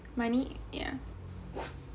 money yeah